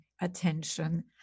attention